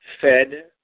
fed